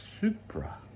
supra